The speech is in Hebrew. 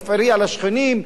להפריע לשכנים,